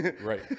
Right